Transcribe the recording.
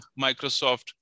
Microsoft